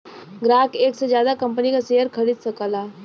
ग्राहक एक से जादा कंपनी क शेयर खरीद सकला